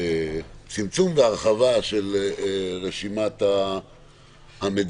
2), שמדברת על צמצום והרחבה של רשימת המדינות.